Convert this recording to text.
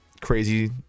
crazy